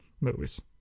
movies